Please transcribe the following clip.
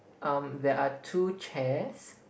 um there are two chairs